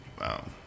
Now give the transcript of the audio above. Wow